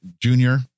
Junior